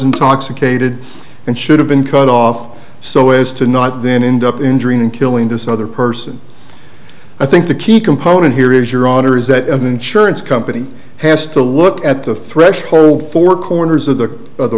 intoxicated and should have been cut off so as to not then end up injuring and killing this other person i think the key component here is your honor is that an insurance company has to look at the threshold four corners of the